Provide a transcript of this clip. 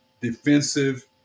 defensive